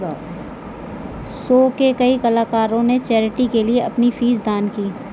show के कई कलाकारों ने चैरिटी के लिए अपनी फीस दान की